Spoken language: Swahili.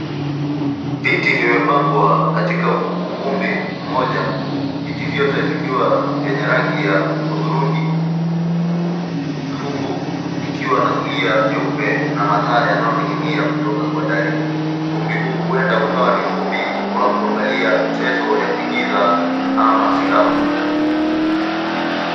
Viti vimepangwa katika ukumbi mmoja. Viti vyote vikiwa vyenye rangi ya hudhurungi huku ikiwa na zulia nyeupe na mataa yananing'inia kutoka kwa dari. Ukumbi huu huenda ukawa ni ukumbi wa kuangalia michezo ya kuingiza ama filamu.